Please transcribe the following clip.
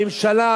הממשלה,